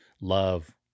love